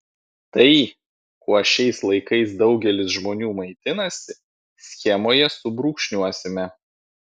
tai kuo šiais laikais daugelis žmonių maitinasi schemoje subrūkšniuosime